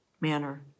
manner